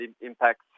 impacts